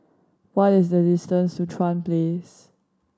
what is the distance to Chuan Place